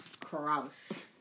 Cross